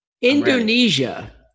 Indonesia